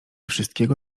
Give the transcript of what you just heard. wszystkiego